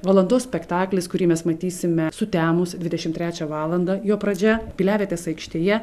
valandos spektaklis kurį mes matysime sutemus dvidešimt trečią valandą jo pradžia piliavietės aikštėje